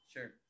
Sure